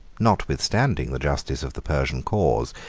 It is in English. notwithstanding the justice of the persian cause,